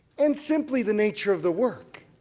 and simply the nature of the work.